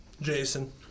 Jason